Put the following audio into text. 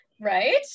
right